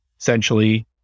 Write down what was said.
essentially